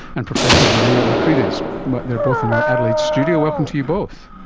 and professor maria makrides. but they are both in our adelaide studio. welcome to you both.